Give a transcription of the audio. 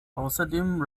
außerdem